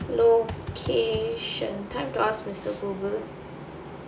location time to ask mister Google